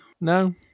No